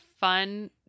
fun